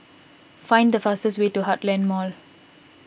find the fastest way to Heartland Mall